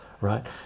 Right